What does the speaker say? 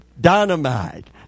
dynamite